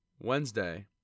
Wednesday